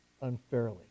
unfairly